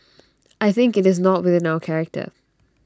I think IT is not within our character